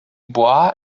bois